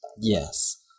Yes